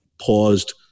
paused